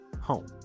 home